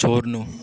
छोड्नु